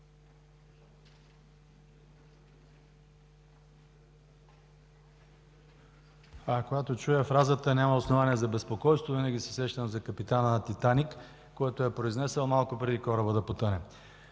Когато чуя фразата „няма основание за безпокойство”, винаги се сещам за капитана на „Титаник”, който я е произнесъл, малко преди корабът да потъне.